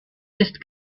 ist